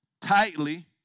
tightly